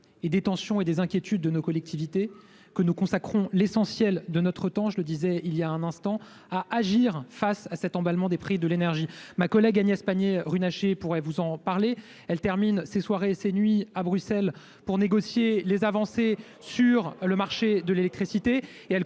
et des tensions et des inquiétudes de nos collectivités que nous consacrons l'essentiel de notre temps, je le disais il y a un instant à agir face à cet emballement des prix de l'énergie, ma collègue Agnès Pannier Runacher pourrait vous en parler, elle termine ses soirées et ses nuits à Bruxelles pour négocier les avancées sur le marché de l'électricité